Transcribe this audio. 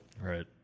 Right